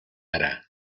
hará